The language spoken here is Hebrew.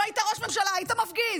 אם היית ראש ממשלה, היית מפגיז?